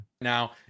Now